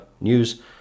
news